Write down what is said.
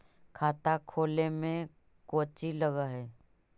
खाता खोले में कौचि लग है?